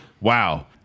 Wow